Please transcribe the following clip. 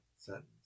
sentence